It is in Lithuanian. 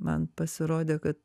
man pasirodė kad